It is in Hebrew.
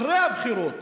אחרי הבחירות